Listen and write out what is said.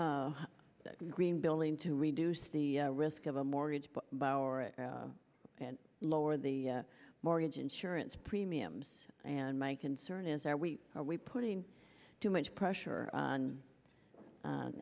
green building to reduce the risk of a mortgage by our lower the mortgage insurance premiums and my concern is are we are we putting too much pressure on